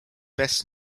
best